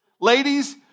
Ladies